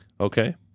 Okay